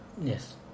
Yes